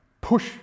push